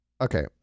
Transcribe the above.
okay